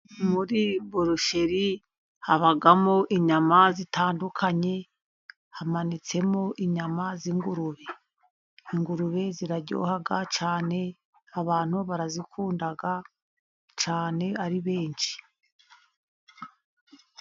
Muri busheri habamo inyama zitandukanye, hamanitsemo inyama z'ingurube, ingurube ziraryoha cyane abantu barazikunda cyane ari benshi.